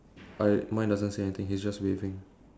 I mine doesn't say anything he's just waving